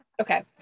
Okay